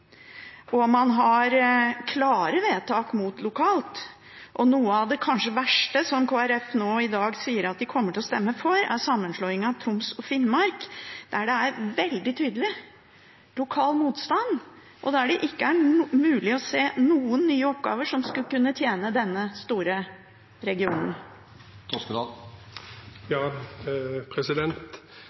og man har klare vedtak mot det lokalt. Noe av det verste, som Kristelig Folkeparti i dag sier at de kommer til å stemme for, er sammenslåingen av Troms og Finnmark, der det er veldig tydelig lokal motstand, og der det ikke er mulig å se noen nye oppgaver som skal kunne tjene denne store regionen.